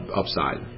upside